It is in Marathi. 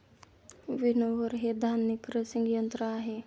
विनोव्हर हे धान्य क्रशिंग यंत्र आहे